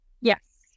Yes